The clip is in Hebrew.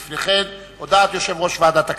הודעת יושב-ראש ועדת הכספים.